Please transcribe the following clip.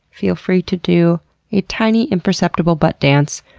feel free to do a tiny, imperceptible butt dance,